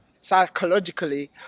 Psychologically